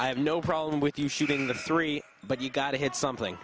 i have no problem with you shooting the three but you got to hit something